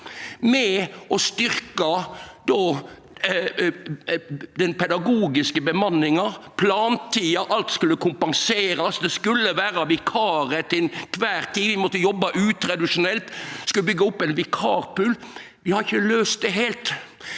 med å styrkje den pedagogiske bemanninga. Plantida og alt skulle kompenserast, det skulle vere vikarar til kvar tid, vi måtte jobbe utradisjonelt, og vi skulle byggje opp ein vikarpool. Vi har ikkje løyst det heilt,